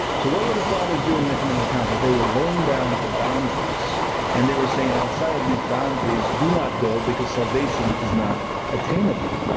so what were the fathers doing in the ecumenical councils? they were laying down the boundaries and they were saying outside of these boundaries do not go, because salvation is not attainable.